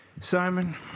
Simon